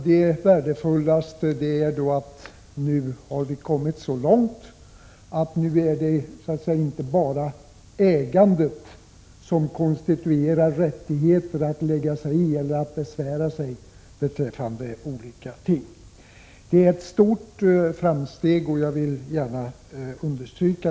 Det värdefullaste är att vi nu har kommit så långt att det inte bara är ägandet som konstituerar rätten för en person att besvära sig beträffande olika frågor på det här området. Det är ett stort framsteg, vilket jag gärna vill understryka.